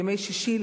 ימי שישי,